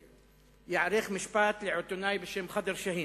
ייערך משפט לעיתונאי בשם חאדר שאהין,